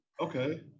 Okay